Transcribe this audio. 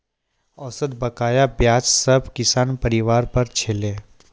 औसत बकाया ब्याज सब किसान परिवार पर छलै